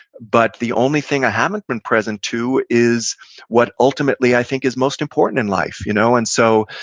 but the only thing i haven't been present to is what ultimately i think is most important in life you know and so,